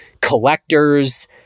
collectors